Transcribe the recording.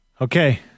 Okay